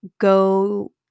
go